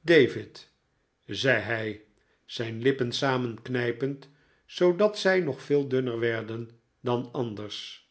david zei hij zijn lippen samenknijpend zoodat zij nog veel dunner werden dan anders